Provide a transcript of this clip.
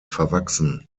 verwachsen